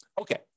Okay